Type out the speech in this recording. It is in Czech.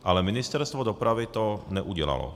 Ale Ministerstvo dopravy to neudělalo.